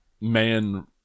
man